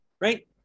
right